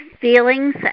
feelings